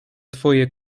twoje